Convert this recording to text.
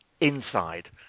inside